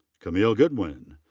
camille goodwyn.